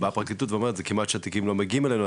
בפרקליטות אומרת זה כמעט שהתיקים לא מגיעים אלינו,